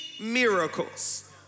miracles